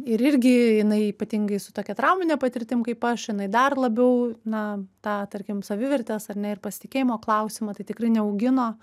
ir irgi jinai ypatingai su tokia traumine patirtim kaip aš jinai dar labiau na tą tarkim savivertės ar ne ir pasitikėjimo klausimą tai tikrai neaugino